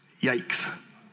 Yikes